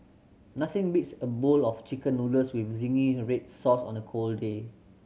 nothing beats a bowl of Chicken Noodles with zingy red sauce on a cold day